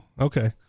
okay